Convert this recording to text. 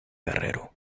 guerrero